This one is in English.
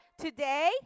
today